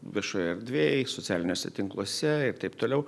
viešoj erdvėj socialiniuose tinkluose ir taip toliau